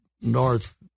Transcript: north